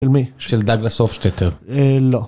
של מי? של דאגלס הופשטטר. אהה, לא.